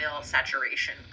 saturation